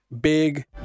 big